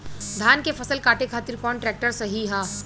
धान के फसल काटे खातिर कौन ट्रैक्टर सही ह?